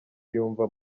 yumva